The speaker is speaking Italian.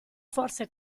forse